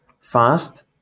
fast